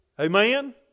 Amen